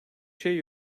şey